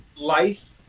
life